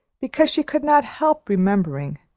because she could not help remembering,